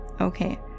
Okay